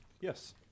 Yes